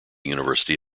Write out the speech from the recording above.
university